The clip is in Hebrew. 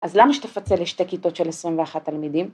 ‫אז למה שתפצל לשתי כיתות ‫של 21 תלמידים?